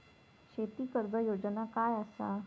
शेती कर्ज योजना काय असा?